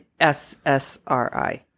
SSRI